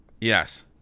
Yes